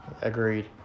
Agreed